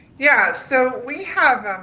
yeah, so we have,